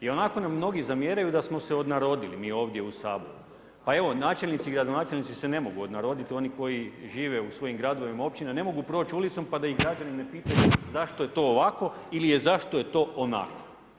Ionako nam mnogi zamjeraju da smo se odnarodili mi ovdje u Saboru pa evo načelnici i gradonačelnici se ne mogu odnaroditi, oni koji žive u svojim gradovima i općinama, ne mogu proći ulicom pa da ih građani ne pitaju zašto je to ovako ili je zašto je to onako.